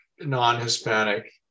non-Hispanic